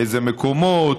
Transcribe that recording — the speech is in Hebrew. איזה מקומות,